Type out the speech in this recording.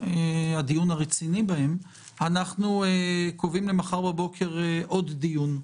הרציני בהם אנחנו קובעים למחר בבוקר עוד דיון.